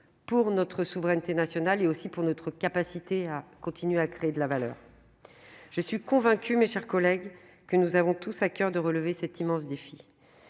notre souveraineté nationale et notre capacité à créer de la valeur. Je suis convaincue, mes chers collègues, que nous avons tous à coeur de relever cet immense défi.